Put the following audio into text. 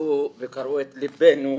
זעזעו וקרעו את ליבנו,